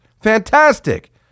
Fantastic